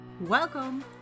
Welcome